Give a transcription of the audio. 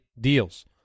deals